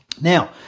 Now